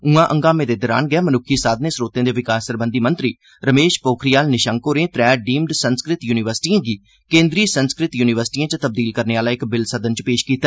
उआं हंगामे दे दौरान गै मन्क्खी साधनें स्रोतें दे विकास सरबंधी मंत्री रमेश पोखरियाल निशंक होरें वै डीम्ड संस्कृत युनिवर्सिटिएं गी केन्द्री संस्कृत युनिवर्सिटएं च तब्दील करने आहला इक बिल सदन च पेश कीता